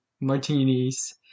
martinis